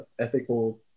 ethical